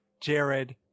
Jared